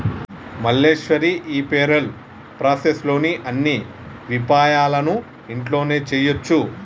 మల్లీశ్వరి ఈ payroll process లోని అన్ని విపాయాలను ఇంట్లోనే చేయొచ్చు